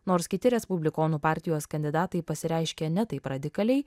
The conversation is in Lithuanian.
nors kiti respublikonų partijos kandidatai pasireiškia ne taip radikaliai